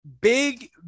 big